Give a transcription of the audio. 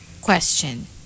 question